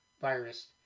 virus